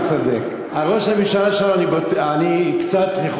אני יכול להעיד שהוא צודק.